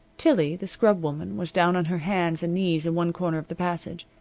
tillie, the scrub-woman, was down on her hands and knees in one corner of the passage.